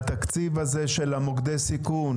ומהתקציב הזה של מוקדי הסיכון